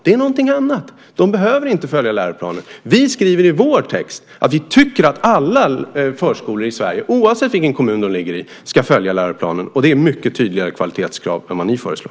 Det är någonting annat. De behöver inte följa läroplanen. Vi skriver i vår text att vi tycker att alla förskolor i Sverige, oavsett vilken kommun de ligger i, ska följa läroplanen, och det är ett mycket tydligare kvalitetskrav än det ni föreslår.